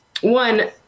One